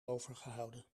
overgehouden